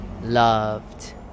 loved